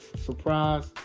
surprise